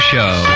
Show